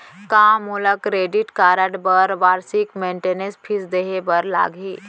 का मोला credit card बर वार्षिक मेंटेनेंस फीस देहे बर लागही?